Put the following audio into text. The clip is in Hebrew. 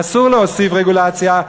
אסור להוסיף רגולציה,